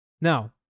Now